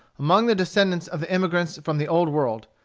among the descendants of the emigrants from the old world,